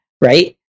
right